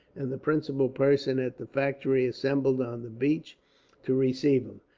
and the principal persons at the factory assembled on the beach to receive him.